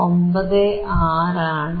96 ആണ്